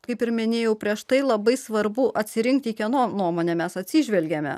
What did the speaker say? kaip ir minėjau prieš tai labai svarbu atsirinkti kieno nuomone mes atsižvelgiame